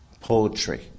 poetry